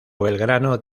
belgrano